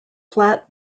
flat